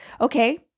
Okay